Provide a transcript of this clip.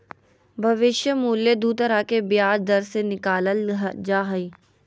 भविष्य मूल्य दू तरह के ब्याज दर से निकालल जा हय